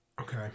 Okay